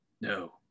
No